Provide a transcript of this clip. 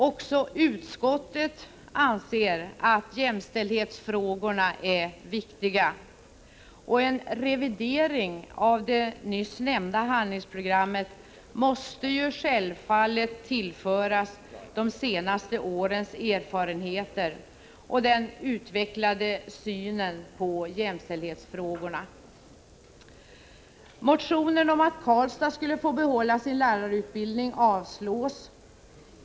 Också utskottet anser att jämställdhetsfrågorna är viktiga, och en revidering av det nyss nämnda handlingsprogrammet måste självfallet tillföras de senaste årens erfarenheter och den utvecklade synen på jämställdhetsfrågorna. Motionen om att Karlstad skulle få behålla sin lärarutbildning avstyrks.